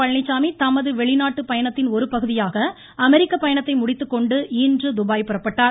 பழனிச்சாமி தமது வெளிநாட்டுப் பயணத்தின் ஒரு பகுதியாக அமெரிக்க பயணத்தை முடித்துக்கொண்டு இன்று துபாய் புறப்பட்டார்